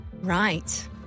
Right